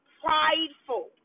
prideful